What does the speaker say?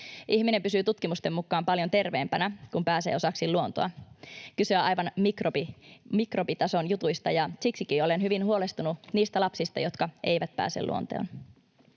Ihminen pysyy tutkimusten mukaan paljon terveempänä, kun pääsee osaksi luontoa. Kyse on aivan mikrobitason jutuista, ja siksikin olen hyvin huolestunut niistä lapsista, jotka eivät pääse luontoon.